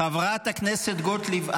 חברת הכנסת גוטליב,